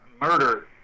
murder